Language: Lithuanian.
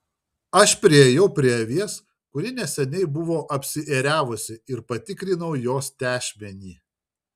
aš priėjau prie avies kuri neseniai buvo apsiėriavusi ir patikrinau jos tešmenį